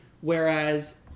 Whereas